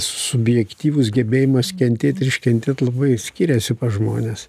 subjektyvus gebėjimas kentėt ir iškentėt labai skiriasi pas žmones